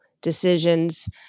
decisions